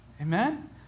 Amen